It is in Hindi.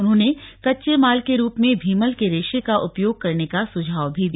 उन्होंने कच्चे माल के रुप में भीमल के रेशे का उपयोग करने का सुझाव भी दिया